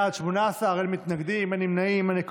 להעביר את הצעת חוק למניעת אלימות במשפחה